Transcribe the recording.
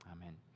amen